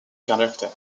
characters